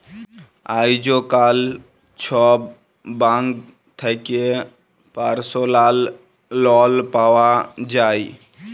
আইজকাল ছব ব্যাংক থ্যাকে পার্সলাল লল পাউয়া যায়